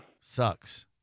Sucks